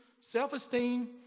self-esteem